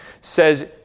says